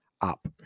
up